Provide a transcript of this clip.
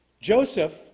Joseph